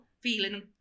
feeling